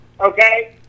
okay